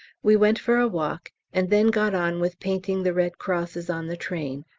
we went for a walk, and then got on with painting the red crosses on the train,